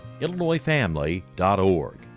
IllinoisFamily.org